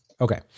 Okay